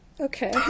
Okay